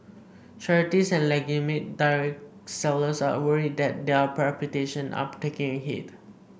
charities and legitimate direct sellers are worried that their reputation are taking a hit